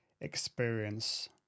experience